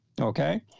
Okay